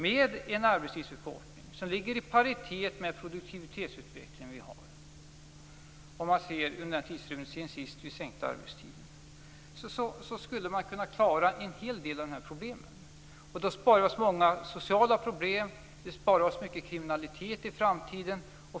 Med en arbetstidsförkortning som ligger i paritet med den produktivitetsutveckling vi har, om man ser på den tidsrymd som gått sedan vi senast sänkte arbetstiden, skulle man kunna klara en hel del av dessa problem. Det besparar oss många sociala problem och mycket kriminalitet i framtiden.